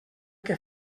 que